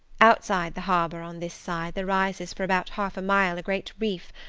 outside the harbour on this side there rises for about half a mile a great reef,